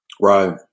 Right